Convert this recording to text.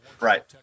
Right